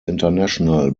international